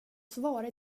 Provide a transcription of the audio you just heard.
svara